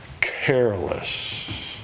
careless